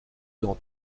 dans